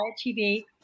TV